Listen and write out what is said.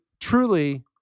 truly